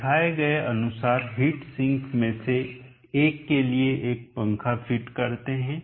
दिखाए गए अनुसार हीट सिंक में से एक के लिए एक पंखा फिट करते हैं